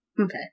Okay